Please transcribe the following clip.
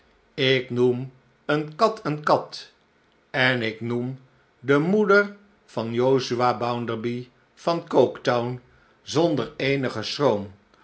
ik noem een kat een kat en ik noem de moeder van josiah bounderby van coketown zonder eenigen schroom